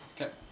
Okay